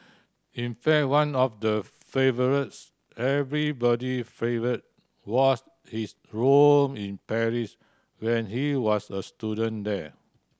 in fact one of the favourites everybody favourite was his room in Paris when he was a student there